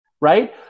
right